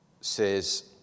says